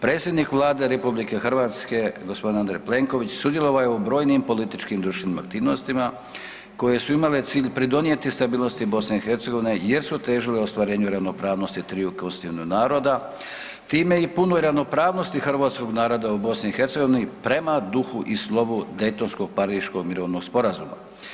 Predsjednik Vlade RH g. Andrej Plenković sudjelovao je u brojnim političkim i društvenim aktivnostima koje su imale cilj pridonijeti stabilnosti BiH jer su težili ostvarenju ravnopravnosti triju konstitutivnih naroda, time i punu ravnopravnost hrvatskog naroda u BiH prema duhu i slovu Deytonsko-Pariškog mirovnog sporazuma.